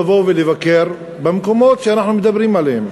לבוא ולבקר במקומות שאנחנו מדברים עליהם.